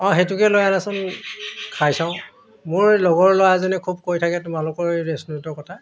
অঁ সেইটোকে লৈ আনাচোন খাই চাওঁ মোৰ লগৰ ল'ৰা এজনে খুব কৈ থাকে তোমালোকৰ এই ৰেষ্টুৰেণ্টৰ কথা